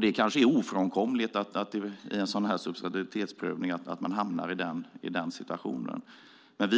Det kanske är ofrånkomligt att man hamnar i denna situation när det gäller